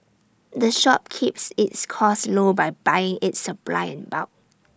the shop keeps its costs low by buying its supplies in bulk